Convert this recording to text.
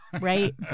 right